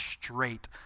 straight